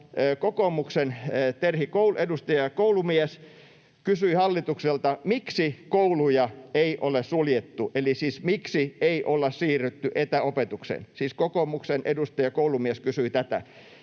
kokoomuksen edustaja Terhi Koulumies kysyi hallitukselta, miksi kouluja ei ole suljettu, eli siis miksi ei olla siirrytty etäopetukseen. Siis kokoomuksen edustaja Koulumies kysyi tätä.